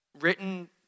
written